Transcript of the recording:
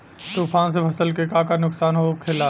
तूफान से फसल के का नुकसान हो खेला?